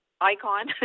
icon